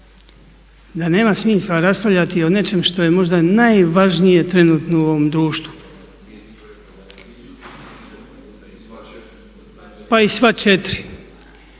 Da nema smisla raspravljati o nečem što je možda najvažnije trenutno u ovom društvu. Pa i sva 4,